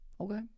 okay